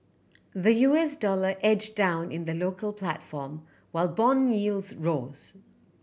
the U S dollar edged down in the local platform while bond yields rose